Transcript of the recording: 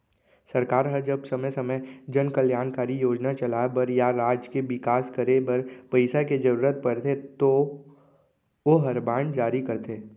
सरकार ह जब समे समे जन कल्यानकारी योजना चलाय बर या राज के बिकास करे बर पइसा के जरूरत परथे तौ ओहर बांड जारी करथे